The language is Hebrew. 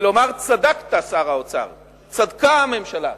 ולומר: צדקת, שר האוצר, צדקה הממשלה,